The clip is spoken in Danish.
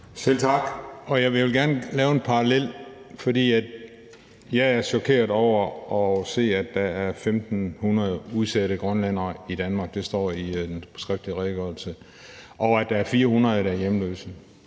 Selv tak. Jeg vil gerne lave en parallel, for jeg er chokeret over at se, at der er 1.500 udsatte grønlændere i Danmark – det står i den skriftlige redegørelse – og at der er 400, der er hjemløse.